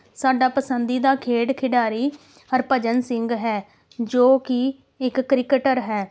ਸਾਡਾ ਪਸੰਦੀਦਾ ਖੇਡ ਖਿਡਾਰੀ ਹਰਭਜਨ ਸਿੰਘ ਹੈ ਜੋ ਕਿ ਇੱਕ ਕ੍ਰਿਕਟਰ ਹੈ